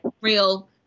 real